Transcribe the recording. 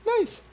Nice